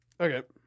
Okay